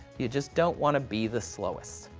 you just don't want to be the slowest.